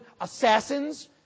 assassins